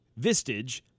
Vistage